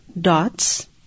dots